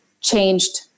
changed